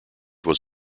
was